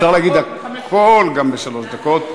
זה היה רחוק מחמש, אפשר להגיד הכול גם בשלוש דקות.